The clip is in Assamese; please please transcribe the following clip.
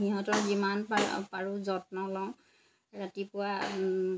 সিহঁতৰ যিমান পা পাৰোঁ যত্ন লওঁ ৰাতিপুৱা